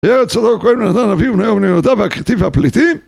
וירד צדוק הכהן ונתן הנביא ובניהו בן יהידע והכרתי והפלתי